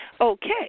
Okay